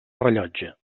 rellotge